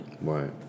Right